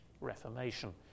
Reformation